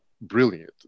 brilliant